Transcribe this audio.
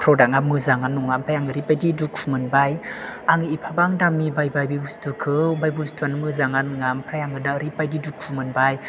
प्रदाक्टा मोजाङानो नङा ओमफ्राय आं ओरैबादि दुखु मोनबाय आं एफाबां दामनि बायबाय बे बुस्थुखौ ओमफ्राय बुस्थुआनो मोजाङानो नङा ओमफ्राय आं दा ओरैबायदि दुखु मोनबाय